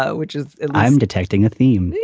ah which is i'm detecting a theme.